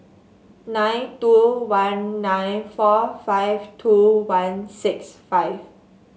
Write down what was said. nine two one nine four five two one six five